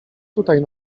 tutaj